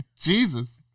Jesus